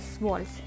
walls